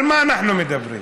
על מה אנחנו מדברים?